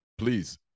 please